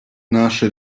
наше